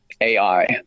AI